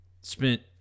spent